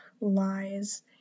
lies